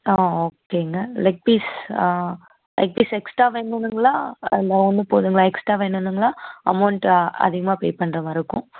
ஆ ஓகேங்க leg piece ஆ leg piece extra வேணுங்களா இல்லை ஒன்று போதுமா எக்ஸ்ட்ரா வேணுங்களா அமௌன்ட் அதிகமாக பே பண்ணுற மாதிரி இருக்கும்